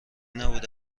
نبود